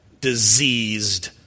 diseased